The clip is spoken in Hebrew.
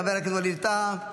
חבר הכנסת ווליד טאהא,